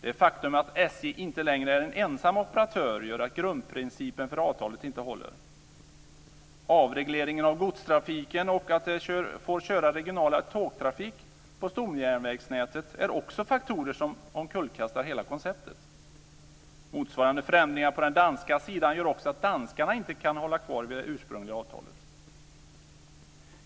Det faktum att SJ inte längre är en ensam operatör gör att grundprincipen för avtalet inte håller. Avregleringen av godstrafiken och att det får köras regional tågtrafik på stomjärnvägsnätet är också faktorer som omkullkastar hela konceptet. Motsvarande förändringar på den danska sidan gör också att danskarna inte kan hålla kvar vid det ursprungliga avtalet.